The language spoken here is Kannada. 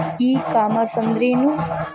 ಇ ಕಾಮರ್ಸ್ ಅಂದ್ರೇನು?